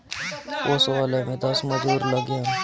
ओसवले में दस मजूर लगिहन